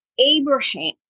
Abraham